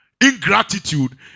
ingratitude